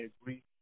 agree